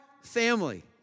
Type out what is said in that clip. family